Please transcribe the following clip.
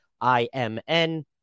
I-M-N